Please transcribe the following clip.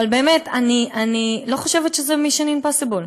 אבל באמת, אני לא חושבת שזה Mission Impossible.